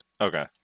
Okay